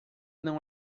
não